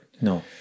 No